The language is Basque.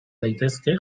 daitezke